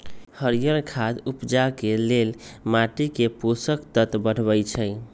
हरियर खाद उपजाके लेल माटीके पोषक तत्व बढ़बइ छइ